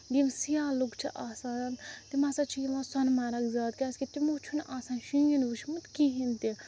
یِم سِیاح لُکھ چھِ آسان تِم ہسا چھِ یِوان سۄنہٕ مَرگ زیادٕ کیٛازِ کہِ تِمو چھُنہٕ آسان شیٖن وُچھمُت کِہیٖنٛۍ تہِ